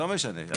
לא משנה.